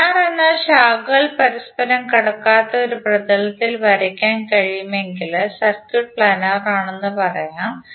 planar എന്നാൽ ശാഖകൾ പരസ്പരം കടക്കാത്ത ഒരു പ്രതലത്തിൽ വരയ്ക്കാൻ കഴിയുമെങ്കിൽ സർക്യൂട്ട് പ്ലാനർ ആണെന്ന് പറയപ്പെടുന്നു